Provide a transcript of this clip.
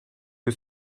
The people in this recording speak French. que